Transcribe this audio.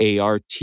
ART